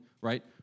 right